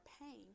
pain